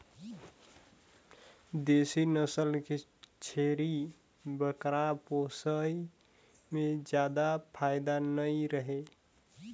देसी नसल के छेरी बोकरा पोसई में जादा फायदा नइ रहें